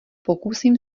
pokusím